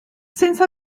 since